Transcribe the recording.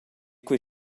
quei